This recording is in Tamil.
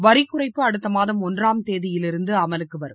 வரிக்குறைப்பு அடுத்தமாதம் ஒன்றாம் தேதியிலிருந்துஅமலுக்குவரும்